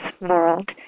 world